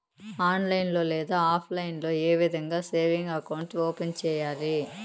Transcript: online లో లేదా offline లో ఏ విధంగా సేవింగ్ అకౌంట్ ఓపెన్ సేయాలి